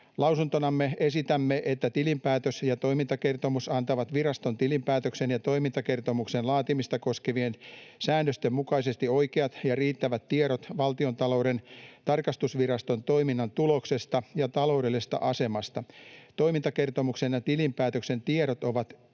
Lausuntonamme esitämme, että tilinpäätös ja toimintakertomus antavat viraston tilinpäätöksen ja toimintakertomuksen laatimista koskevien säännösten mukaisesti oikeat ja riittävät tiedot Valtiontalouden tarkastusviraston toiminnan tuloksesta ja taloudellisesta asemasta. Toimintakertomuksen ja tilinpäätöksen tiedot ovat